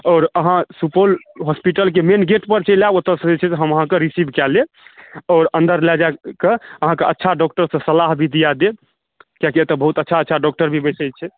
और अहाँ सुपौल हॉस्पिटल के मेन गेट पर चलि आयब ओतऽ से जे छै से हम अहाँकेँ रिसीव कऽ लेब आओर अन्दर लए जाकऽ अहाँकेँ अच्छा डॉक्टर सँ सलाह भी दिआ देब कीयाकि एतऽ बहुत अच्छा अच्छा डॉक्टर भी बैसै छथि